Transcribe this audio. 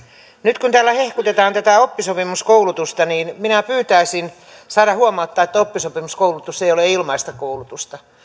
nyt kun täällä hehkutetaan tätä oppisopimuskoulutusta minä pyytäisin saada huomauttaa että oppisopimuskoulutus ei ole ilmaista koulutusta